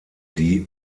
die